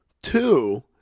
Two